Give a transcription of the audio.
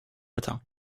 matin